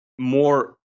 more